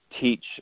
teach